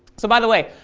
so by the way,